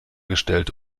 gestellt